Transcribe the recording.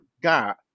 got